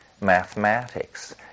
mathematics